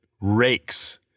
rakes